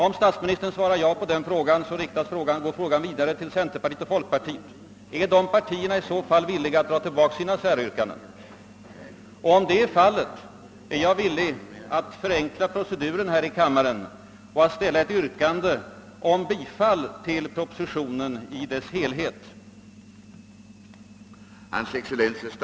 Om statsministern svarar ja på den frågan, går frågan vidare till centerpartiet och folkpartiet: Är de partierna i så fall villiga att ta tillbaka sina säryrkanden? Om så är fallet, är jag villig att förenkla proceduren i kammaren genom att ställa ett yrkande om bifall till propositionen i dess helhet.